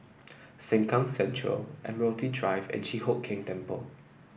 Sengkang Central Admiralty Drive and Chi Hock Keng Temple